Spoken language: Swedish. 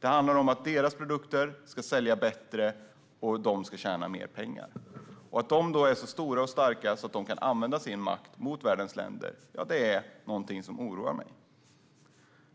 Det handlar om att deras produkter ska sälja bättre, så att de ska tjäna mer pengar. Att dessa storföretag är så stora och starka att de kan använda sin makt mot världens länder är någonting som oroar mig.